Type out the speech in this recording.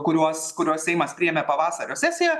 kuriuos kuriuos seimas priėmė pavasario sesijoje